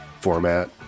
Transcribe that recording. format